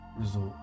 Result